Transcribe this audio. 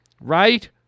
right